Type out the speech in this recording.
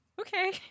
Okay